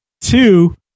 Two